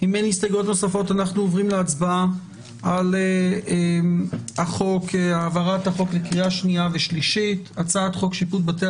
אנחנו עוברים להצבעה על העברת הצעת חוק שיפוט בתי